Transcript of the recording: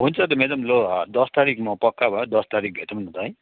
हुन्छ त म्याडम लु दस तारिक म पक्का भयो दस तारिक भेटौँ न त है